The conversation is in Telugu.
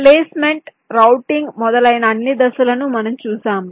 ప్లేస్ మెంట్ రూటింగ్ మొదలైన అన్ని దశలను మనం చూశాము